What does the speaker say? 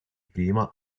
prima